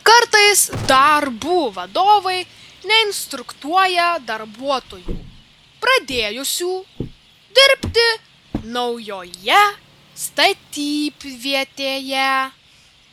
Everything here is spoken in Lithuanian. kartais darbų vadovai neinstruktuoja darbuotojų pradėjusių dirbti naujoje statybvietėje